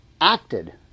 acted